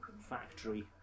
factory